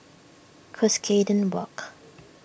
Cuscaden Walk